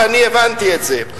ואני הבנתי את זה.